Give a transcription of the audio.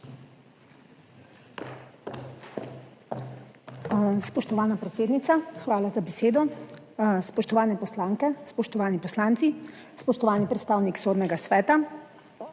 Spoštovana predsednica, hvala za besedo. Spoštovane poslanke, spoštovani poslanci, spoštovani predstavnik Sodnega sveta!